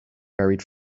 buried